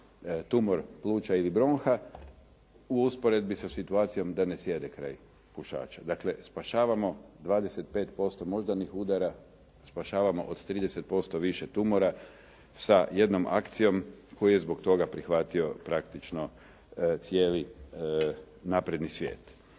tumor pluća ili bronha u usporedbi sa situacijom da ne sjede kraj pušača. Dakle, spašavamo 25% moždanih udara, spašavamo od 30% više tumora sa jednom akcijom koju je zbog toga prihvatio praktično cijeli napredni svijet.